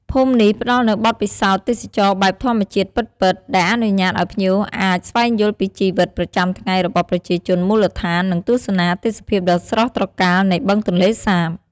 ភូមិនេះផ្តល់នូវបទពិសោធន៍ទេសចរណ៍បែបធម្មជាតិពិតៗ ដែលអនុញ្ញាតឱ្យភ្ញៀវអាចស្វែងយល់ពីជីវិតប្រចាំថ្ងៃរបស់ប្រជាជនមូលដ្ឋាន និងទស្សនាទេសភាពដ៏ស្រស់ត្រកាលនៃបឹងទន្លេសាប។